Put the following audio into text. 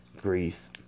Greece